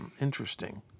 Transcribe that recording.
interesting